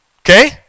okay